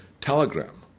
telegram